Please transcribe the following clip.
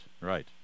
right